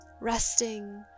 Resting